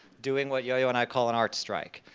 doing what yo-yo and i call an art strike,